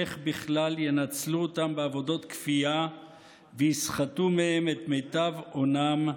איך בכלל ינצלו אותם בעבודות כפייה ויסחטו מהם את מיטב אונם.